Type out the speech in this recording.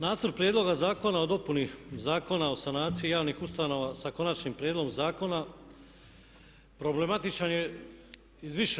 Nacrt prijedloga zakona o dopuni Zakona o sanaciji javnih ustanova sa konačnim prijedlogom zakona problematičan je iz više